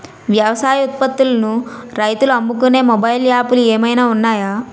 వ్యవసాయ ఉత్పత్తులను రైతులు అమ్ముకునే మొబైల్ యాప్ లు ఏమైనా ఉన్నాయా?